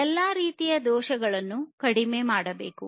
ಎಲ್ಲಾ ರೀತಿಯ ದೋಷಗಳನ್ನು ಕಡಿಮೆ ಮಾಡಬೇಕು